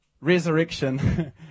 resurrection